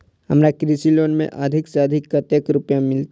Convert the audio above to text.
हमरा कृषि लोन में अधिक से अधिक कतेक रुपया मिलते?